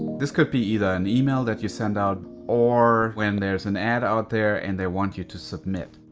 this could be either an email that you sent out or when there's an ad out there, and they want you to submit.